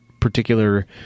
particular